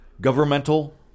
governmental